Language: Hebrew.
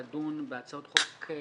5. קביעת ועדות לדיון בהצעות חוק הבאות: